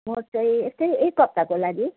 म चाहिँ यस्तै एक हप्ताको लागि